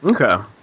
okay